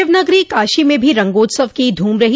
शिवनगरी काशी में भी रंगोत्सव की धूम रही